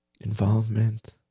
involvement